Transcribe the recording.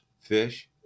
fish